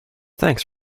thanks